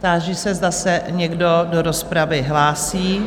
Táži se, zda se někdo do rozpravy hlásí?